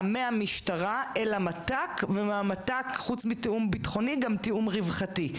מן המשטרה אל המת"ק ומהמת"ק חוץ מתיאום ביטחוני גם תיאום רווחתי.